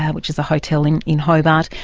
which is a hotel in in hobart,